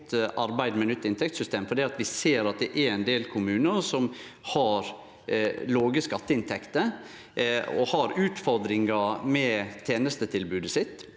arbeid med nytt inntektssystem, for vi ser at det er ein del kommunar som har låge skatteinntekter, og har utfordringar med tenestetilbodet sitt.